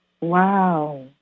Wow